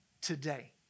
today